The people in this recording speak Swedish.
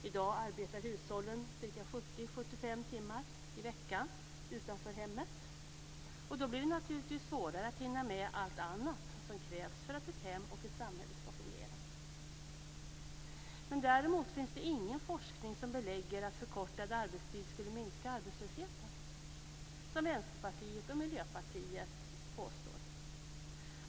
I dag arbetar hushållen ca 70-75 timmar i veckan utanför hemmet, och då blir det naturligtvis svårare att hinna med allt annat som krävs för att ett hem och ett samhälle skall fungera. Däremot finns det ingen forskning som belägger att förkortad arbetstid skulle minska arbetslösheten, vilket Vänsterpartiet och Miljöpartiet påstår.